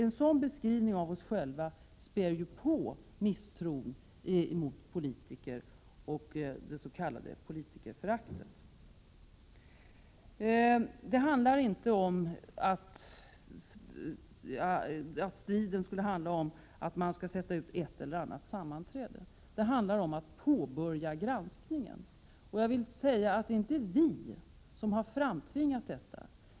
En sådan beskrivning av oss själva späder ju på misstron mot politiker och det s.k. politikerföraktet. Striden handlar inte om att utsätta ett eller annat sammanträde, striden handlar om att påbörja granskningen. Det är inte vi som har framtvingat denna granskning.